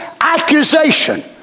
accusation